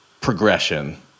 progression